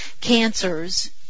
cancers